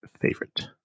favorite